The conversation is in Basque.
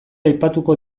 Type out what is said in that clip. aipatuko